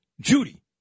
Judy